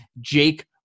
Jake